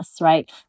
right